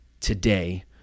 today